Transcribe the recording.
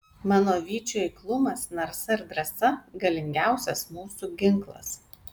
mano vyčių eiklumas narsa ir drąsa galingiausias mūsų ginklas